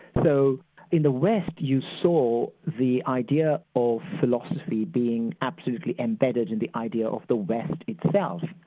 so in the west you saw the idea of philosophy being absolutely embedded in the idea of the west itself.